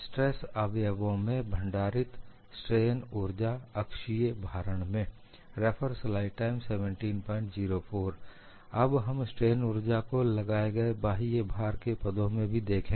stress अवयवों में भंडारित स्ट्रेन ऊर्जा अक्षीय भारण में Elastic strain energy stored in terms of stress components - in axial loading अब हम स्ट्रेन ऊर्जा को लगाए गए बाह्य भार के पदों में भी देखेंगे